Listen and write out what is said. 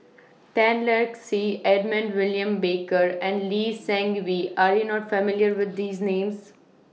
Tan Lark Sye Edmund William Barker and Lee Seng Wee Are YOU not familiar with These Names